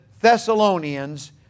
Thessalonians